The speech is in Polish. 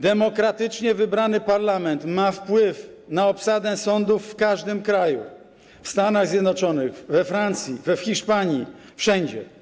Demokratycznie wybrany parlament ma wpływ na obsadę sądów w każdym kraju: w Stanach Zjednoczonych, we Francji, w Hiszpanii, wszędzie.